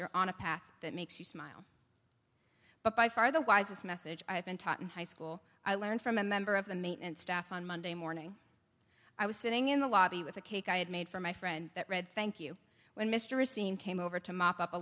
you're on a path that makes you smile but by far the wisest message i've been taught in high school i learned from a member of the maintenance staff on monday morning i was sitting in the lobby with a cake i had made for my friend that read thank you when mr racine came over to mop